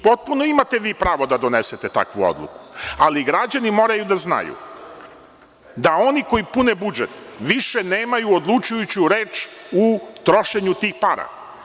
Potpuno imate pravo da donesete takvu odluku, ali građani moraju da znaju da oni koji pune budžet više nemaju odlučujuću reč u trošenju tih para.